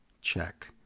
check